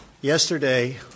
Yesterday